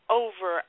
over